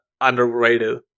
underrated